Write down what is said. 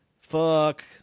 fuck